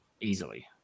easily